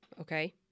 Okay